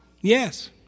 Yes